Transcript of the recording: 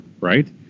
right